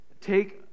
take